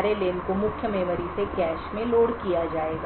array len को मुख्य memory से कैश में लोड किया जाएगा